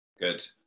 Good